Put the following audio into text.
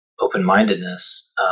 open-mindedness